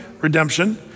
redemption